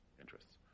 interests